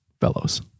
fellows